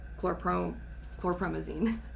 chlorpromazine